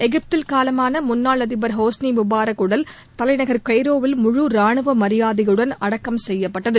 எகிப்தில் காலமான முன்னாள் அதிபர் ஹோஸ்னி முபாரக் உடல் தலைநகர் கெய்ரோவில் முழு ராணுவ மரியாதையுடன் அடக்கம் செய்யப்பட்டது